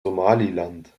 somaliland